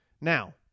Now